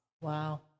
Wow